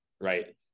right